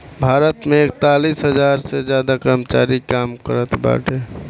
भारत मे एकतालीस हज़ार से ज्यादा कर्मचारी काम करत बाड़े